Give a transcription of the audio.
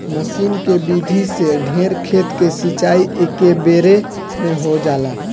मसीन के विधि से ढेर खेत के सिंचाई एकेबेरे में हो जाला